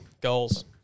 goals